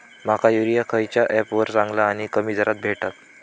माका युरिया खयच्या ऍपवर चांगला आणि कमी दरात भेटात?